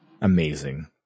amazing